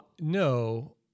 no